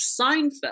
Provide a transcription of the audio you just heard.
Seinfeld